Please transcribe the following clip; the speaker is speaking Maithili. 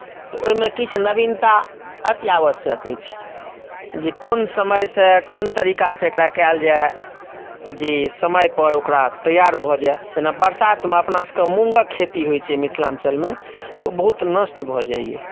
तऽ ओहिमे किछु नवीनता अति आवश्यक अछि जे कोन समयसँ कोन तरीकासँ ओकरा कयल जाय जे समयपर ओकरा तैआर भऽ जाय जेना बरसातमे अपनासभके मूँगक खेती होइत छै मिथिलाञ्चलमे तऽ ओ बहुत नष्ट भऽ जाइए